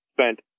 spent